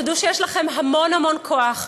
תדעו שיש לכם המון המון כוח,